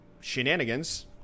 shenanigans